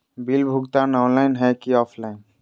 Bill भुगतान online है की ऑफलाइन?